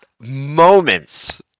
moments